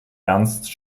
ernst